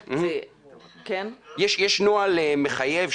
יש נוהל מחייב,